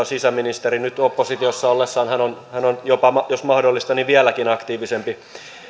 sisäministeri nyt oppositiossa ollessaan hän on hän on jos mahdollista vieläkin aktiivisempi